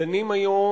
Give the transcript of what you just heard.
אנחנו דנים היום